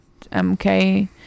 MK